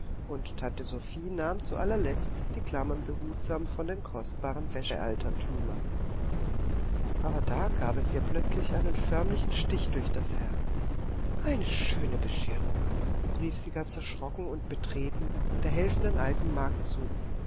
und tante sophie nahm zu allerletzt die klammern behutsam von den kostbaren wäschealtertümern aber da gab es ihr plötzlich einen förmlichen stich durch das herz eine schöne bescherung rief sie ganz erschrocken und betreten der helfenden alten magd zu